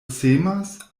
semas